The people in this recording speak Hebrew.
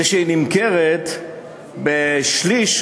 זה שהיא נמכרת בשליש,